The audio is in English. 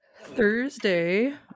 Thursday